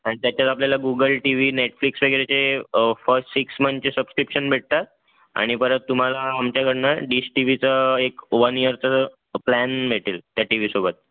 आणि त्याच्यात आपल्याला गूगल टी वी नेटफ्लिक्स वगैरेचे फर्स्ट सिक्स मंथचे सबस्क्रिप्शन भेटतात आणि परत तुम्हाला आमच्याकडून डिश टी वीचं एक वन ईयरचं प्लॅन भेटेल त्या टी वीसोबत